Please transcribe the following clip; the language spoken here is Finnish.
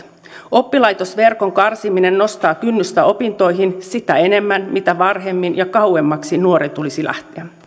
oppilaitosverkon karsiminen nostaa kynnystä opintoihin sitä enemmän mitä varhemmin ja kauemmaksi nuoren tulisi lähteä